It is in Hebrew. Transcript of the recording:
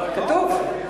כתוב.